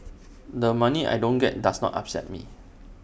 the money I don't get does not upset me